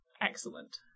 Excellent